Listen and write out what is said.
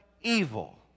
evil